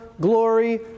glory